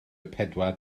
pedwar